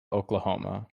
oklahoma